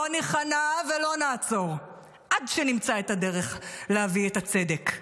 לא ניכנע ולא נעצור עד שנמצא את הדרך להביא את הצדק,